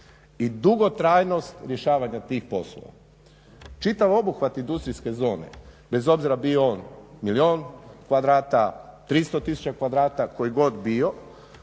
I dugotrajnost rješavanja tih poslova. Čitav obuhvat industrijske zone bez obzira bio on milijun kvadrata, 300 tisuća kvadrata, koji god bio